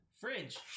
fridge